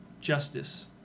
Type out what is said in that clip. justice